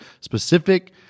specific